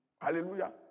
Hallelujah